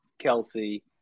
Kelsey